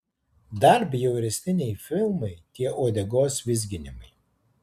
dar bjauresni nei filmai tie uodegos vizginimai